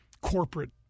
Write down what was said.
corporate